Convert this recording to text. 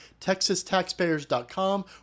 texastaxpayers.com